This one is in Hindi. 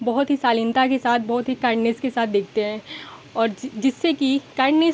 बहुत ही शालीनता के साथ बहुत ही काइन्डनेस के साथ देखते हैं और जिससे कि काइन्डनेस